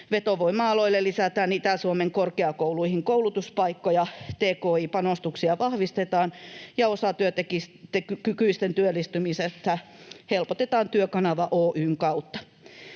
Vetovoima-aloille lisätään Itä-Suomen korkeakouluihin koulutuspaikkoja, tki-panostuksia vahvistetaan ja osatyökykyisten työllistymistä helpotetaan Työkanava Oy:n kautta.